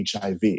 HIV